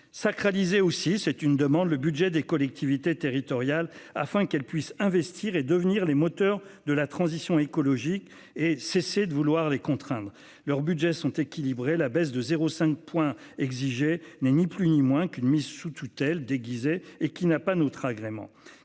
sacraliser aussi c'est une demande le budget des collectivités territoriales afin qu'elle puisse investir et devenir les moteurs de la transition écologique et cesser de vouloir les contraindre leurs Budgets sont équilibrés. La baisse de 0 5 point exigés n'est ni plus ni moins qu'une mise sous tutelle déguisée et qui n'a pas notre agrément